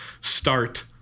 start